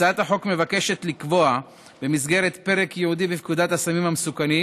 הצעת החוק מבקשת לקבוע במסגרת פרק ייעודי בפקודת הסמים המסוכנים